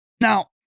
Now